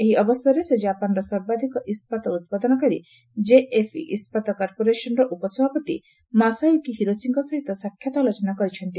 ଏହି ଅବସରରେ ସେ ଜାପାନର ସର୍ବାଧିକ ଇସ୍ୱାତ ଉପାଦନକାରୀ ଜେଏଫ୍ଇ ଇସ୍ବାତ କର୍ପୋରେସନର ଉପସଭାପତି ମାସାୟୁକି ହିରୋସିଙ୍କ ସହିତ ସାକ୍ଷାତ ଆଲୋଚନା କରିଛନ୍ତି